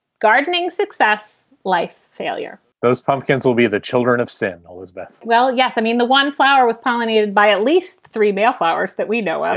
gardening success. life failure those pumpkins will be the children of sin, elizabeth well, yes, i mean, the one flower with pollinated by at least three male flowers that we know.